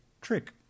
Trick